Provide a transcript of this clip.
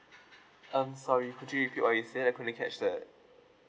um sorry could you repeat what you've said I couldn't catch that